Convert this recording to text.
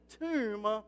tomb